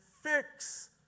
fix